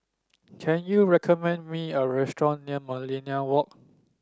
can you recommend me a restaurant near Millenia Walk